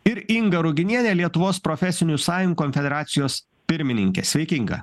ir inga ruginienė lietuvos profesinių sąjungų konfederacijos pirmininkė sveiki inga